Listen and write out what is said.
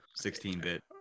16-bit